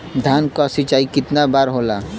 धान क सिंचाई कितना बार होला?